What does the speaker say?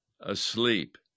asleep